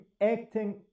acting